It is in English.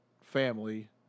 family